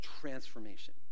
transformation